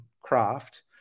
craft